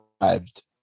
arrived